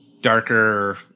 darker